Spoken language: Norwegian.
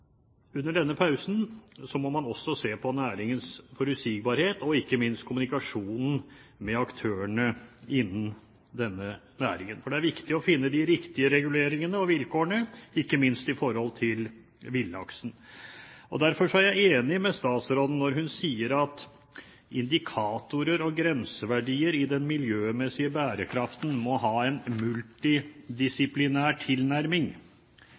under denne pausen må man også se på næringens forutsigbarhet og ikke minst kommunikasjonen med aktørene innen denne næringen. Det er viktig å finne de riktige reguleringene og vilkårene, ikke minst i forhold til villaksen. Derfor er jeg enig med statsråden når hun sier at indikatorer og grenseverdier i den miljømessige bærekraften må «ha en multidisiplinær tilnærming».